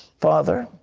father,